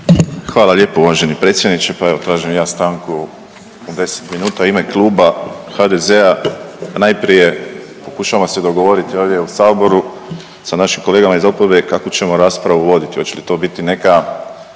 Hvala lijepo uvaženi predsjedniče. Pa evo, tražim i ja stanku od 10 minuta u ime Kluba HDZ-a, a najprije pokušavamo se dogovoriti ovdje u Saboru sa našim kolegama iz oporbe kako ćemo raspravu voditi, hoće li to biti neka